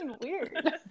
weird